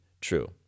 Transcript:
true